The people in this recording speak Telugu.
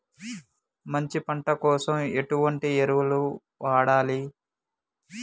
మంచి పంట కోసం ఎటువంటి ఎరువులు వాడాలి?